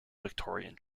victorian